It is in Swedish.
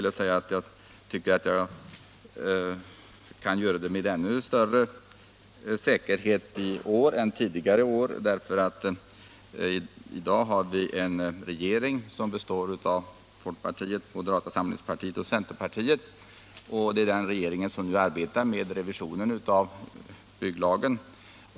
Jag tycker att vi kan göra det med ännu större säkerhet i år än tidigare år, därför att vi nu har en regering som består av folkpartiet, moderata samlingspartiet och centerpartiet. Det är den regeringen som arbetar med revisionen av bygglagen.